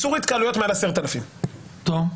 איסור התקהלויות מעל 10,000. טוב.